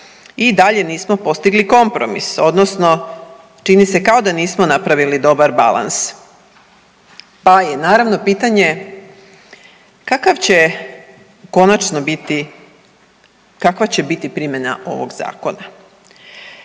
I dalje nismo postigli kompromis odnosno čini se kao da nismo napravili dobar balans, pa je naravno pitanje kakav će konačno biti, kakva